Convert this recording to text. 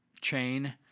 chain